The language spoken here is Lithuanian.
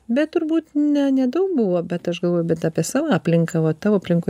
bet turbūt ne nedaug buvo bet aš galvoju bet apie savo aplinką va tavo aplinkoj